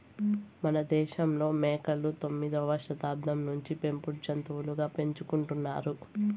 మనదేశంలో మేకలు తొమ్మిదవ శతాబ్దం నుంచే పెంపుడు జంతులుగా పెంచుకుంటున్నారు